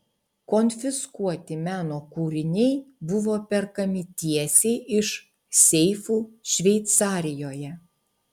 konfiskuoti meno kūriniai buvo perkami tiesiai iš seifų šveicarijoje